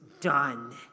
done